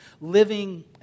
living